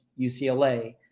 UCLA